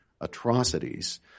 atrocities